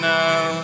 now